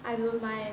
I won't mind eh